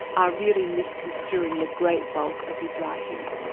are really misconstruing the great bulk of his writing.